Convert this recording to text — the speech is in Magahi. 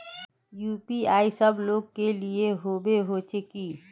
यु.पी.आई सब लोग के लिए होबे होचे की?